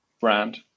brand